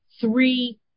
three